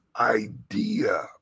idea